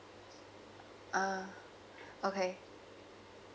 ah okay